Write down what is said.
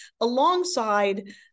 alongside